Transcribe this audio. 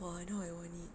!wah! now I want it